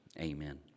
amen